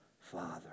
Father